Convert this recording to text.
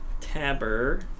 Taber